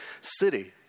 city